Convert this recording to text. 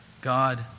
God